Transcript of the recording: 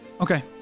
Okay